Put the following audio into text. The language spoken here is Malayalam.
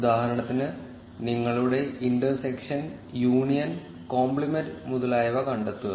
ഉദാഹരണത്തിന് നിങ്ങളുടെ ഇൻറ്റർസെക്ഷൻ യൂണിയൻ കോംപ്ലിമെൻറ്റ് മുതലായവ കണ്ടെത്തുക